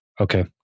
Okay